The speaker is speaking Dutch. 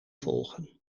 volgen